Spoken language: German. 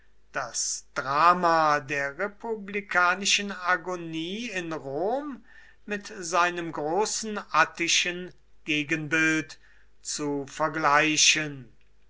das drama der republikanischen agonie in rom mit seinem großen attischen gegenbild zu vergleichen